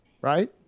Right